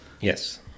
yes